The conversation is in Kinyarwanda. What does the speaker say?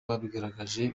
babigaragaje